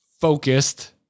focused